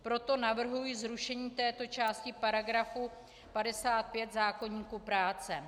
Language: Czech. Proto navrhuji zrušení této části § 55 zákoníku práce.